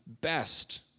best